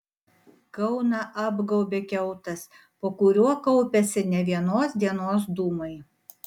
kauną apgaubė kiautas po kuriuo kaupiasi ne vienos dienos dūmai